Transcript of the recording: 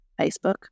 facebook